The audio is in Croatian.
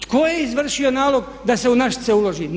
Tko je izvršio nalog da se u Našice uloži?